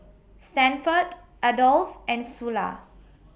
Stanford Adolf and Sula